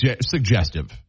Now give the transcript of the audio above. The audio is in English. suggestive